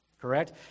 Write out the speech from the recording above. correct